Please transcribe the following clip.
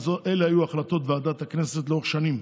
אלה היו החלטות ועדת הכנסת לאורך שנים.